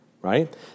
right